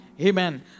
Amen